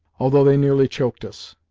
although they nearly choked us.